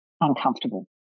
uncomfortable